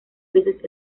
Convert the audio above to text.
veces